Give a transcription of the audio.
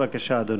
בבקשה, אדוני.